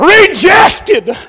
rejected